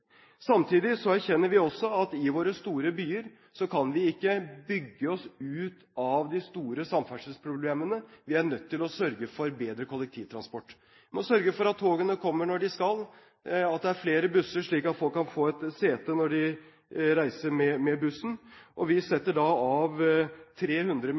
erkjenner vi at vi i våre store byer ikke kan bygge oss ut av de store samferdselsproblemene. Vi er nødt til å sørge for bedre kollektivtransport. Vi må sørge for at togene kommer når de skal, at det er flere busser slik at folk kan få et sete når de reiser med bussen. Vi setter av 300